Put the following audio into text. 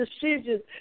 decisions